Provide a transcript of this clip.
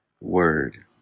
word